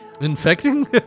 Infecting